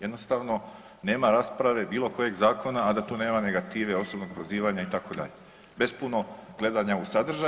Jednostavno nema rasprave bilo kojeg zakona, a da tu nema negative, osobnog prozivanja itd. bez puno gledanja u sadržaj.